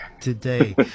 Today